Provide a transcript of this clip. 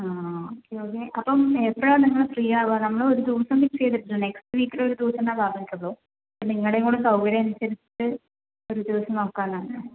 ആ ആ okay okay അപ്പം എപ്പോഴാണ് നിങ്ങള് ഫ്രീയാവുക നമ്മളൊരൂ ദിവസം ഫിക്സ് ചെയ്തിട്ടുണ്ട് നെക്സ്റ്റ് വീക്കിലൊരു ദിവസം എന്നേ പറഞ്ഞിട്ടൊള്ളൂ അപ്പോൾ നിങ്ങളുടെ കൂടെ സൗകര്യമനുസരിച്ച് ഒരു ദിവസം നോക്കാനാണ്